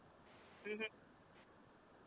mmhmm